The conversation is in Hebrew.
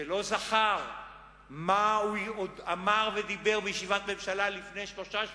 ולא זכר מה הוא אמר ודיבר בישיבת הממשלה לפני שלושה שבועות,